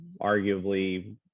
arguably